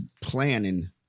planning